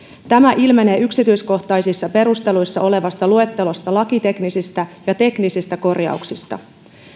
tämä ilmenee yksityiskohtaisissa perusteluissa olevasta luettelosta lakiteknisistä ja teknisistä korjauksista